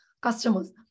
customers